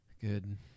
Good